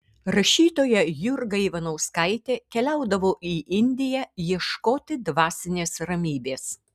rašytoja jurga ivanauskaitė keliaudavo į indiją ieškoti dvasinės ramybės